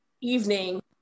evening